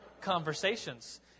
conversations